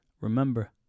Remember